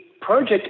project